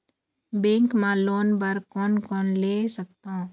Bank मा loan बर कोन कोन ले सकथों?